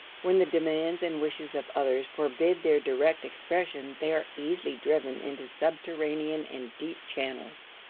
when the demands and wishes of others forbid their direct expression they are easily driven into subterranean and deep channels.